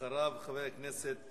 אחריו, חבר הכנסת